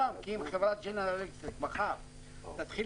כי אם חברת ג'נרל אלקטריק מחר תתחיל